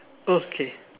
okay